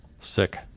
Sick